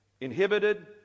inhibited